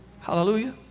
Hallelujah